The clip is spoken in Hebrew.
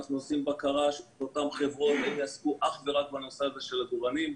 אנחנו עושים בקרה של אותן חברות שיעסקו אך ורק בנושא הזה של עגורנים,